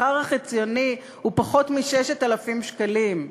השכר החציוני הוא פחות מ-6,000 שקלים?